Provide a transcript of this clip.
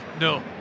No